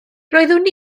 roeddwn